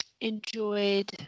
enjoyed